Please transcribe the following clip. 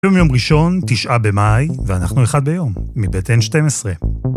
היום יום ראשון, תשעה במאי, ואנחנו אחד ביום, מבית N12.